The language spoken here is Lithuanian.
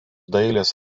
dailės